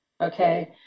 okay